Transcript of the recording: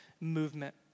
movement